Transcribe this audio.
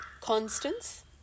constants